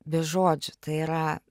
be žodžių tai yra